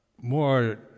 more